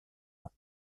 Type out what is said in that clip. ans